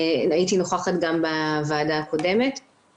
הייתי נוכחת גם בדיון הקודם של הוועדה.